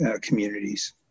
communities